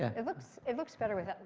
ah it looks it looks better with it.